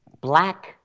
Black